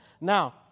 Now